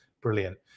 Brilliant